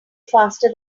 faster